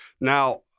Now